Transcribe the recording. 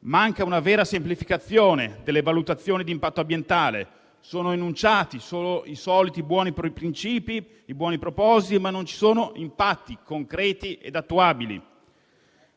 Manca una vera semplificazione delle valutazioni di impatto ambientale, poiché sono enunciati solo i soliti buoni propositi, ma non ci sono impatti concreti e attuabili.